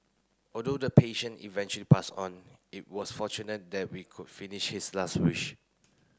although the patient eventually passed on it was fortunate that we could finish his last wish